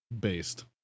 based